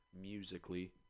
musically